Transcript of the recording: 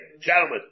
gentlemen